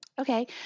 Okay